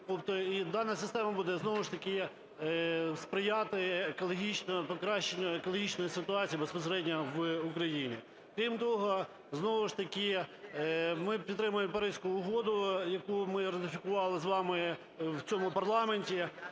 дана система буде знову ж таки сприяти покращенню екологічної ситуації безпосередньо в Україні. Крім того, знову ж таки ми підтримуємо Паризьку угоду, яку ми ратифікували з вами в цьому парламенті.